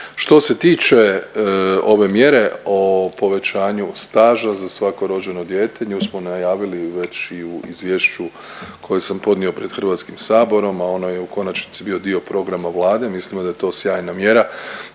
Što se tiče ove mjere o povećanju staža za svako rođeno dijete nju smo najavili već i u izvješću koje sam podnio pred Hrvatskim saborom, a ona je u konačnici bio dio programa Vlade. Mislimo da je to sjajna mjera